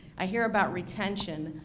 i hear about retention,